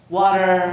water